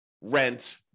rent